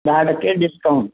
दहा टक्के डिस्काऊंट